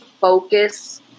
focus